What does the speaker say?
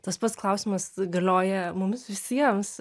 tas pats klausimas galioja mums visiems